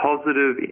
Positive